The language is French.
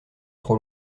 trop